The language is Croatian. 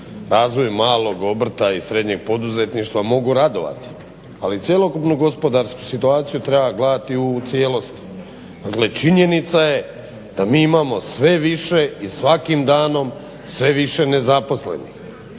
razvoju malog obrta i srednjeg poduzetništva mogu radovati, ali cjelokupnu gospodarsku situaciju treba gledati u cijelosti. Dakle, činjenica je da mi imamo sve više i svakim danom sve više nezaposlenih,